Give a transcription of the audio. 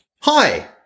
Hi